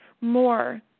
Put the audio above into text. more